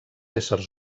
éssers